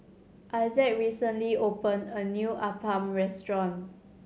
Issac recently opened a new appam restaurant